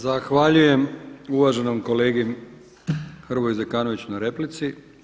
Zahvaljujem uvaženom kolegi Hrvoju Zekanoviću na replici.